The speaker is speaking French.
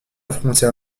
frontière